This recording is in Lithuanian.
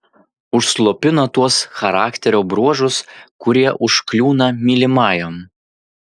užslopina tuos charakterio bruožus kurie užkliūna mylimajam